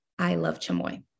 ilovechamoy